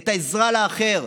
את העזרה לאחר,